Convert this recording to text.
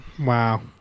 Wow